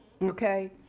Okay